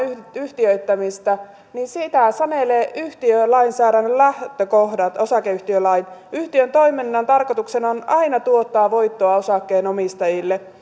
yhtiöittämistä niin sitähän sanelevat osakeyhtiölainsäädännön lähtökohdat yhtiön toiminnan tarkoituksena on aina tuottaa voittoa osakkeenomistajille